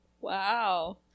Wow